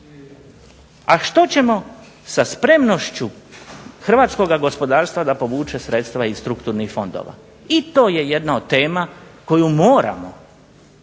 A što ćemo sa spremnošću hrvatskoga gospodarstva da povuče sredstva iz strukturnih fondova? I to je jedna od tema koju moramo